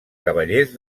cavallers